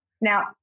Now